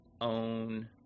own